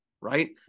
right